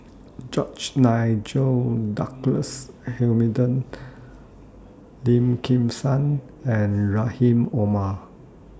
George Nigel Douglas Hamilton Lim Kim San and Rahim Omar